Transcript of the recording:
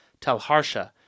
Telharsha